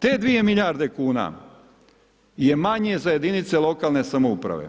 Te 2 milijarde kuna je manje za jedinice lokalne samouprave,